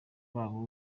babo